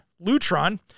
Lutron